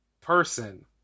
person